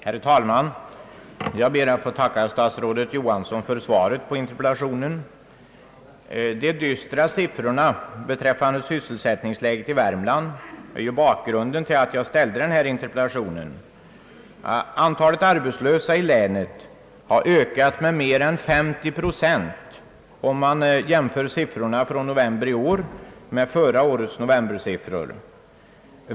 Herr talman! Jag ber att få tacka statsrådet Johansson för svaret på interpellationen. De dystra siffrorna beträffande sysselsättningsläget i Värmland är ju bakgrunden till att jag framställde denna interpellation. Antalet arbetslösa i länet har ökat med mer än 50 procent, om man jämför siffrorna från november i år med förra årets novembersiffror.